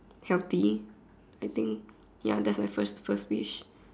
healthy I think ya that's my first first wish